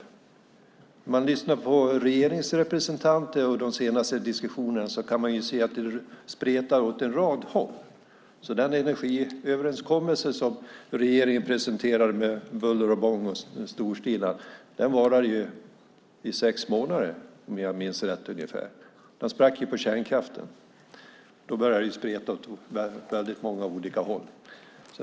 Om man har lyssnat på regeringens representant under de senaste diskussionerna har man kunnat höra att det spretar åt en rad håll. Den energiöverenskommelse som regeringen storstilat och med buller och bång presenterade varade i ungefär sex månader, om jag minns rätt. Den sprack ju på kärnkraften. Då började det spreta åt väldigt många olika håll.